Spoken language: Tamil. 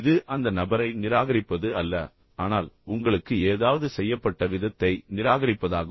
இது அந்த நபரை நிராகரிப்பது அல்ல ஆனால் உங்களுக்கு ஏதாவது செய்யப்பட்ட விதத்தை நிராகரிப்பதாகும்